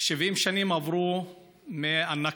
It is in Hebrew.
70 שנים עברו מהנכבה,